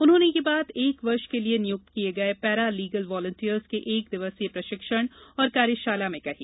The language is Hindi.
उन्होंने यह बात एक वर्ष के लिये नियुक्त किये गये पैरा लीगल वालेंटियर्स के एक दिवसीय प्रशिक्षण और कार्यशाला में कही